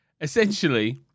essentially